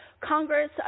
Congress